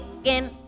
skin